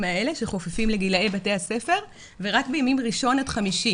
האלה שחופפים לגילאי בתי הספר ורק בימים ראשון-חמישי.